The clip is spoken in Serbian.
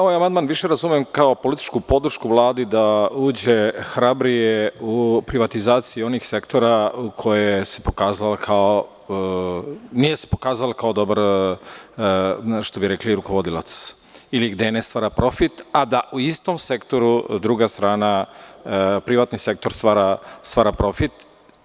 Ovaj amandman više razumem kao političku podršku Vladi da uđe hrabrije u privatizaciju onih sektora koje se nije pokazao kao dobar rukovodilac, ili gde se ne stvara profit, a da u istom sektoru druga strana, privatni sektor stvara profit.